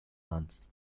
months